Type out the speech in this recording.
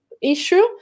issue